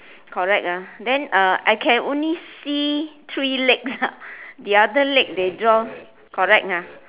correct ah then uh I can only see three legs ah the other leg they draw correct ah